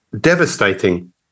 devastating